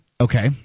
Okay